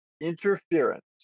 interference